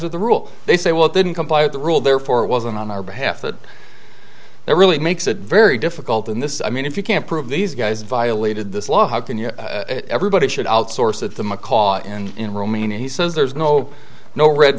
with the rule they say well it didn't comply with the rule therefore it wasn't on our behalf that that really makes it very difficult in this i mean if you can't prove these guys violated this law how can you everybody should outsource it the macaw and in romania he says there's no no red